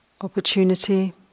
opportunity